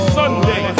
sunday